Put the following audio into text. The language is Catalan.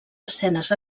escenes